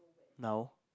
now